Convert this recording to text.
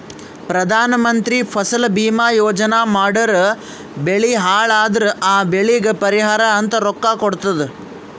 ಪ್ರಧಾನ ಮಂತ್ರಿ ಫಸಲ ಭೀಮಾ ಯೋಜನಾ ಮಾಡುರ್ ಬೆಳಿ ಹಾಳ್ ಅದುರ್ ಆ ಬೆಳಿಗ್ ಪರಿಹಾರ ಅಂತ ರೊಕ್ಕಾ ಕೊಡ್ತುದ್